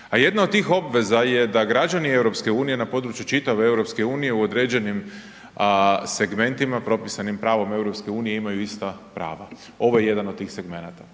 jedna od tih obveza je da građani EU na području čitave EU u određenim segmentima propisanim pravom EU imaju ista prava. ovo je jedan od tih segmenata.